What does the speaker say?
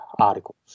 articles